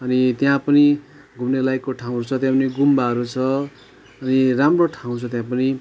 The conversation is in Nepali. अनि त्यहाँ पनि घुम्नेलायकको ठाउँहरू छ त्यहाँ पनि गुम्बाहरू छ अनि राम्रो ठाउँ छ त्यहाँ पनि